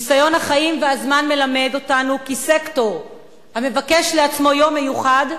ניסיון החיים והזמן מלמד אותנו כי סקטור המבקש לעצמו יום מיוחד,